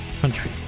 country